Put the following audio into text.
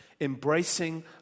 Embracing